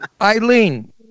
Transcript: Eileen